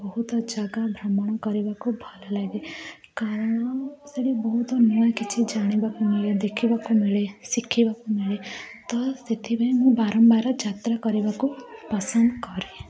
ବହୁତ ଜାଗା ଭ୍ରମଣ କରିବାକୁ ଭଲଲାଗେ କ'ଣ ସେଠି ବହୁତ ନୂଆ କିଛି ଜାଣିବାକୁ ମିଳେ ଦେଖିବାକୁ ମିଳେ ଶିଖିବାକୁ ମିଳେ ତ ସେଥିପାଇଁ ମୁଁ ବାରମ୍ବାର ଯାତ୍ରା କରିବାକୁ ପସନ୍ଦ କରେ